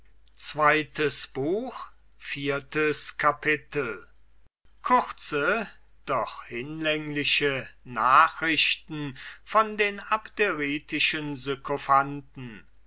kapitel kurze doch hinlängliche nachrichten von den abderitischen